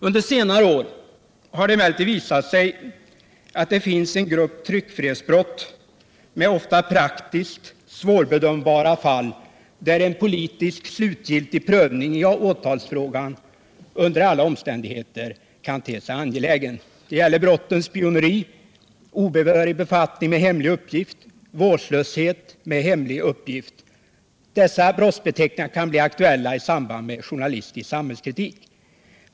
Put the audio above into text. Under senare år har det emellertid visat sig att det finns en grupp tryckfrihetsbrott med ofta praktiskt svårbedömbara fall där en politisk slutgiltig prövning i åtalsfrågan under alla omständigheter kan te sig angelägen. Det gäller brotten spioneri, obehörig befattning med hemlig uppgift, vårdslöshet med hemlig uppgift. Dessa brottsbeteckningar kan bli aktuella i samband med journalistisk samhällskritik.